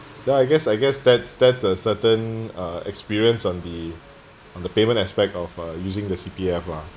then I guess I guess that's that's a certain uh experience on the on the payment aspect of uh using the C_P_F ah